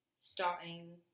starting